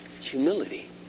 Humility